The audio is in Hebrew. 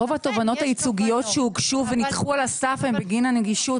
רוב התובענות הייצוגיות שהוגשו ונדחו על הסף הן בגיל הנגישות.